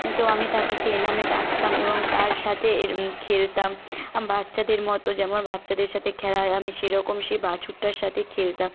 তো আমি তাকে সেই নামে ডাকতাম এবং তার সাথে এ খেলতাম বাচ্চাদের মতো যেমন বাচ্চাদের সাথে খেলা হয় আমি সেরকম সেই বাছুরটার সাথে খেলতাম